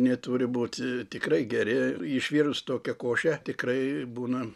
neturi būt tikrai geri išvirus tokią košę tikrai būna